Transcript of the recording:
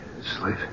Sleep